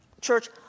church